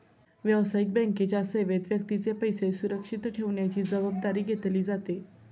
व्यावसायिक बँकेच्या सेवेत व्यक्तीचे पैसे सुरक्षित ठेवण्याची जबाबदारी घेतली जाते